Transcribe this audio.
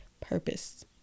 purpose